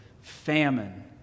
famine